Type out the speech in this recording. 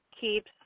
keeps